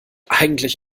eigentlich